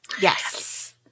Yes